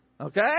Okay